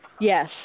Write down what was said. Yes